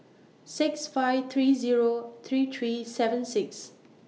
six five three Zero three three seven six